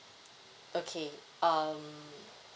okay um